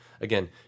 Again